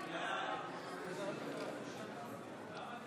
גם הסתייגות זו נדחתה.